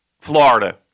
Florida